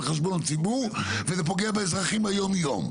חשבון הציבור וזה פוגע באזרחים היום-יום.